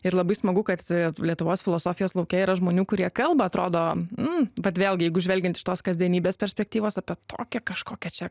ir labai smagu kad lietuvos filosofijos lauke yra žmonių kurie kalba atrodo nu bet vėlgi jeigu žvelgiant iš tos kasdienybės perspektyvos apie tokią kažkokią čia